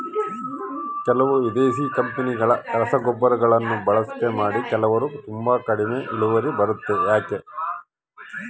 ಕೆಲವು ವಿದೇಶಿ ಕಂಪನಿಗಳ ರಸಗೊಬ್ಬರಗಳನ್ನು ಬಳಕೆ ಮಾಡಿ ಕೆಲವರು ತುಂಬಾ ಕಡಿಮೆ ಇಳುವರಿ ಬರುತ್ತೆ ಯಾಕೆ?